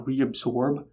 reabsorb